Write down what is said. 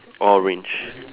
orange